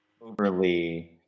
overly